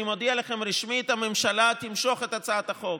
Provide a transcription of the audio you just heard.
אני מודיע לכם רשמית: הממשלה תמשוך את הצעת החוק.